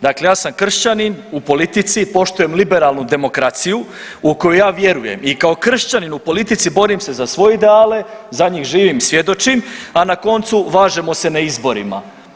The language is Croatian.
Dakle ja sam kršćanin, u politici poštujem liberalnu demokraciju u koju ja vjerujem i kao kršćanin u politici borim se za svoje ideale, za njih živim i svjedočim, a na koncu važemo se na izborima.